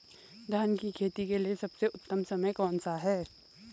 धान की खेती के लिए सबसे उत्तम समय कौनसा है?